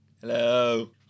Hello